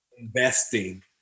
investing